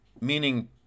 Meaning